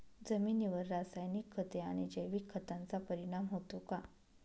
जमिनीवर रासायनिक खते आणि जैविक खतांचा परिणाम होतो का?